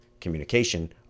communication